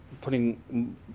putting